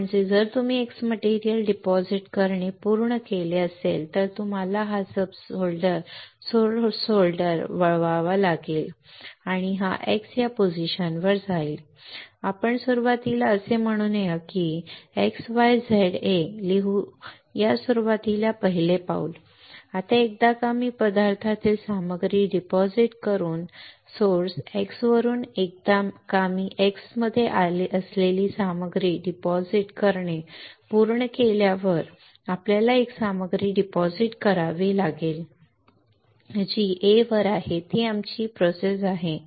म्हणजे जर तुम्ही X मटेरिअल डिपॉझिट करणे पूर्ण केले असेल तर तुम्हाला हा सब सोर्स होल्डर वळवावा लागेल आणि हा X या पोझिशनवर जाईल आपण सुरुवातीला असे म्हणूया की आपण XYZA लिहू या सुरुवातीला पहिले पाऊल आता एकदा का मी पदार्थातील सामग्री डिपॉझिट करून स्त्रोत X वरून एकदा का मी X मध्ये असलेली सामग्री डिपॉझिट करणे पूर्ण केल्यावर आपल्याला एक सामग्री डिपॉझिट करावी लागेल जी A वर आहे ती आमची प्रक्रिया आहे